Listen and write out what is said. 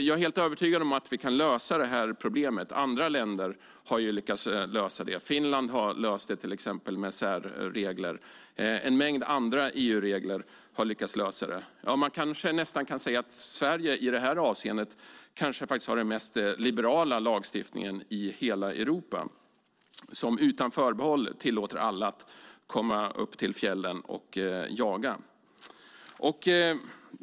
Jag är helt övertygad om att vi kan lösa det här problemet. Andra länder har ju lyckats lösa det. Till exempel har Finland löst det med särregler och en mängd andra EU-länder har lyckats lösa det. Ja, man kanske nästan kan säga att Sverige i det här avseendet har den mest liberala lagstiftningen i hela Europa som utan förbehåll tillåter alla att komma upp till fjällen och jaga.